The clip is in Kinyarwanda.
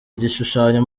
igishushanyo